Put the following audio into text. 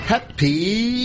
Happy